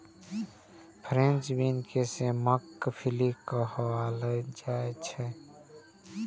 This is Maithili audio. फ्रेंच बीन के सेमक फली कहल जाइ छै